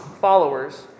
followers